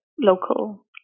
Local